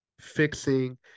Fixing